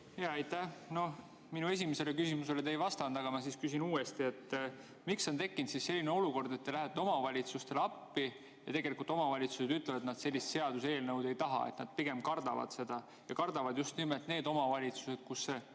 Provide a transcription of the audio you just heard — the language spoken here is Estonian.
Aitäh! Minu esimesele küsimusele te ei vastanud, ma siis küsin uuesti. Miks on tekkinud selline olukord, et te lähete omavalitsustele appi ja tegelikult omavalitsused ütlevad, et nad sellist seaduseelnõu ei taha, et nad pigem kardavad seda? Ja kardavad just nimelt need omavalitsused, kus see